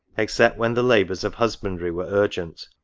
except when the labours of husbandry were urgent,